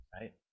right